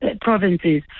provinces